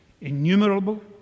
Innumerable